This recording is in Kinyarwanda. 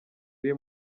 iri